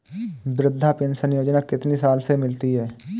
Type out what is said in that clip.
वृद्धा पेंशन योजना कितनी साल से मिलती है?